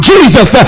Jesus